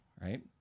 right